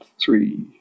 three